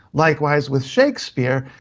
likewise with shakespeare,